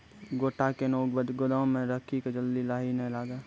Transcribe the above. गोटा कैनो गोदाम मे रखी की जल्दी लाही नए लगा?